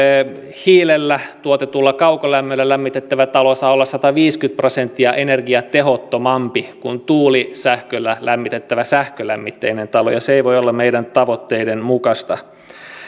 hiilellä tuotetulla kaukolämmöllä lämmitettävä talo saa olla sataviisikymmentä prosenttia energiatehottomampi kuin tuulisähköllä lämmitettävä sähkölämmitteinen talo ja se ei voi olla meidän tavoitteidemme mukaista